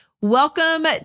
welcome